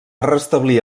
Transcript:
restablir